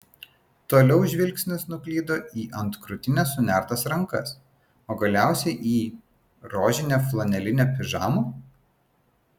toliau žvilgsnis nuklydo į ant krūtinės sunertas rankas o galiausiai į rožinę flanelinę pižamą